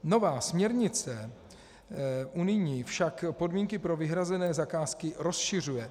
Nová směrnice unijní však podmínky pro vyhrazené zakázky rozšiřuje.